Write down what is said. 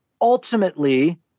Ultimately